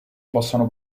possano